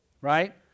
right